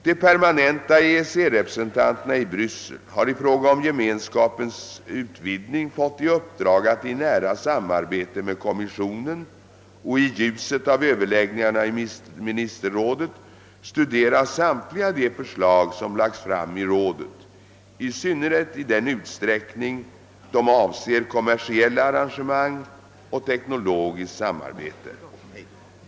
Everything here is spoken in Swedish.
De permanenta EEC-representanterna i Bryssel har i fråga om Gemenskapens utvidgning fått i uppdrag att i nära, samarbete med Kommissionen och i ljuset av överläggningarna i ministerrådet studera samtliga de förslag som lagts fram i rådet, i synnerhet i den utsträckning de avser kommersiella arrangemang och teknologiskt samarbete.